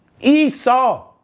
Esau